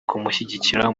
kumushyigikira